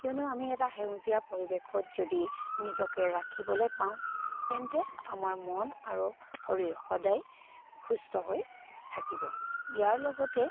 কিয়নো আমি এটা সেউজীয়া পৰিৱেশত যদি নিজকে ৰাখিবলৈ পাওঁ তেন্তে আমাৰ মন আৰু শৰীৰ সদায় সুস্থ হৈ থাকিব ইয়াৰ লগতে